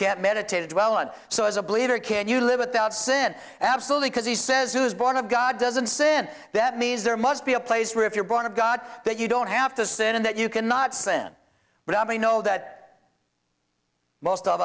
can't meditated well and so as a believer can you live without sin absolutely because he says he was born of god doesn't sin that means there must be a place where if you're born of god that you don't have to sin and that you can not send but i know that most of